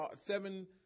seven